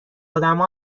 ادمها